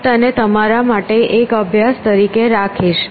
હું તેને તમારા માટે એક અભ્યાસ તરીકે રાખીશ